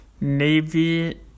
Navy